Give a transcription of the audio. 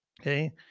okay